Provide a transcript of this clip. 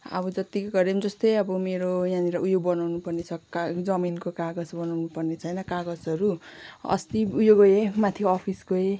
अब जत्तिकै गरे पनि जस्तै अब मेरो यहाँनिर उयो बनाउनुपर्ने छ का जमिनको कागज बनाउनुपर्ने छ होइन कागजहरू अस्ति उयो गएँ माथि अफिस गएँ